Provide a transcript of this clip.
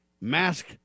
mask